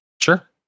Sure